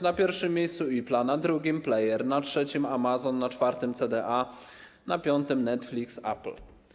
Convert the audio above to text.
Na pierwszym miejscu Ipla, na drugim Player, na trzecim Amazon, na czwartym CDA, na piątym Netflix, Apple.